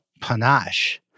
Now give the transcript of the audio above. panache